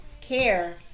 care